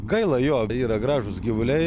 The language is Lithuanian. gaila jo yra gražūs gyvuliai